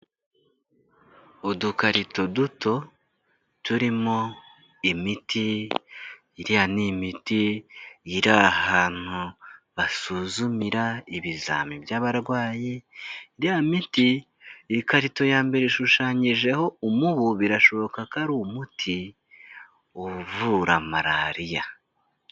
Udukarito duto, turimo imiti, iriya ni imiti, iri ahantu basuzumira ibizamiini by'abarwayi, iriya mi ikarito ya mbere ishushanyijeho umubu, birashoboka ko ari umuti uvura malariya.